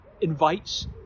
invites